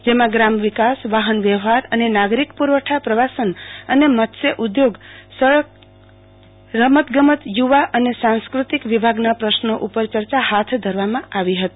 જેમાં ગ્રામ વિકાસ વાહન વ્યવહાર અને નાગરિક પુરવઠા પ્રવાસન અને મત્સ્ય ઉધોગો સહકાર રમત ગમત યુવા અને સાંસ્કૃતિક વિભાગના પ્રશ્નો ઉપર ચર્ચા હાથ ધરવામાં આવી હતી